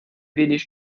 wenig